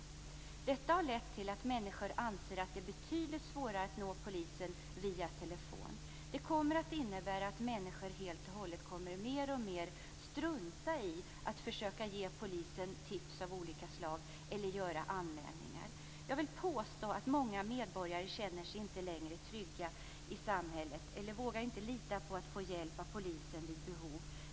Detta har lett till att människor anser att det är betydligt svårare att nå polisen via telefon. Det kommer att innebära att människor helt enkelt mer och mer kommer att strunta i att försöka ge polisen tips av olika slag eller göra anmälningar. Jag vill påstå att många medborgare inte längre känner sig trygga i samhället eller inte vågar lita på att få hjälp av polisen vid behov.